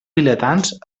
vilatans